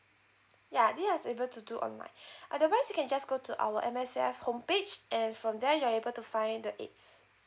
ya that's able to do online otherwise you can just go to our M_S_F home page and from there you are able to find the aids